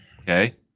Okay